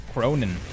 Cronin